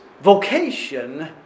vocation